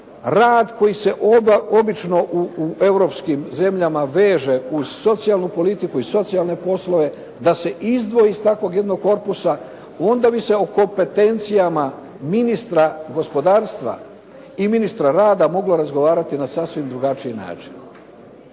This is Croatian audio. rad koji se obično u europskim zemljama veže uz socijalnu politiku i socijalne poslove, da se izdvoji iz takvog jednog korpusa onda bi se o kompetencijama ministra gospodarstva i ministra rada moglo razgovarati na sasvim drugačiji način.